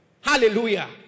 Hallelujah